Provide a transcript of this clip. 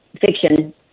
fiction